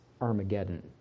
Armageddon